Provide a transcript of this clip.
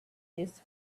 his